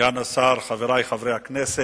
סגן השר, חברי חברי הכנסת,